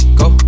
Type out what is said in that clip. go